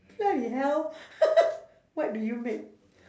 bloody hell what do you make